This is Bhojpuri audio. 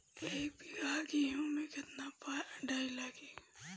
एक बीगहा गेहूं में केतना डाई लागेला?